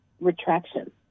retraction